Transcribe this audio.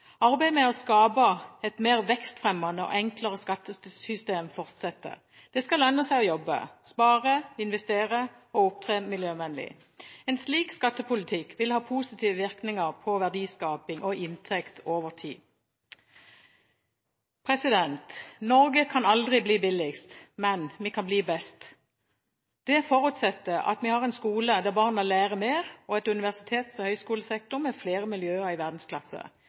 Arbeidet med å skape et mer vekstfremmende og enklere skattesystem fortsetter. Det skal lønne seg å jobbe, spare, investere og opptre miljøvennlig. En slik skattepolitikk vil ha positive virkninger på verdiskaping og inntekt over tid. Norge kan aldri bli billigst, men vi kan bli best. Det forutsetter at vi har en skole der barna lærer mer og en universitets- og høyskolesektor med flere miljøer i verdensklasse.